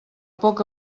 poc